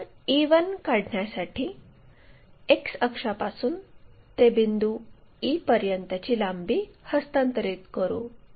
आपण e1 काढण्यासाठी X अक्षापासून ते बिंदू e पर्यंतची लांबी हस्तांतरित करू